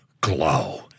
glow